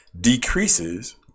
decreases